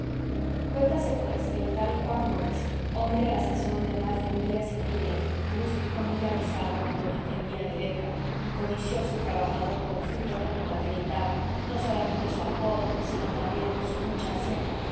cuéntase pues que el tal juan gómez hombre a la sazón de más de media centuria rústico muy avisado aunque no entendía de letra y codicioso y trabajador con fruto como lo acreditaba no solamente su apodo sino también su mucha hacienda